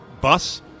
bus